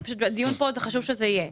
הכל בסדר, פשוט בדיון פה זה חשוב שזה יהיה.